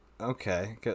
okay